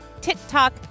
TikTok